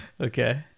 okay